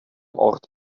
ort